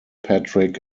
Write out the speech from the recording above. patrick